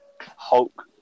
Hulk